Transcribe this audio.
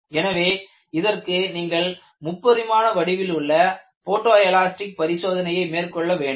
எனவே இதற்கு நீங்கள் முப்பரிமாண வடிவில் உள்ள போட்டோ எலாஸ்டிக் பரிசோதனையை மேற்கொள்ள வேண்டும்